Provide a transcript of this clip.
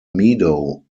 meadow